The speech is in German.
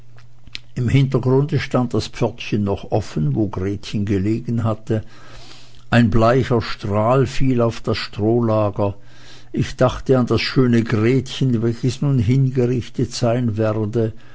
im hintergrunde stand das pförtchen noch offen wo gretchen gelegen haue ein bleicher strahl fiel auf das strohlager ich dachte an das schöne gretchen welches nun hingerichtet sein werde